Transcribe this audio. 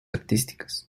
artísticas